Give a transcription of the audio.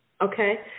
Okay